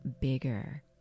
bigger